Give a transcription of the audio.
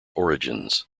origins